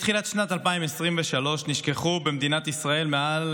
מתחילת שנת 2023 נשכחו במדינת ישראל מעל